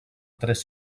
tres